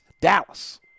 Dallas